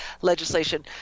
legislation